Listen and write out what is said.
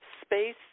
space